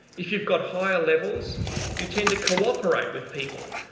if you've got higher levels you tend to co-operate with people,